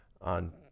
on